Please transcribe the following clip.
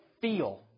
feel